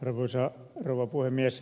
arvoisa rouva puhemies